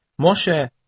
Moshe